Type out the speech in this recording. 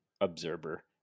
observer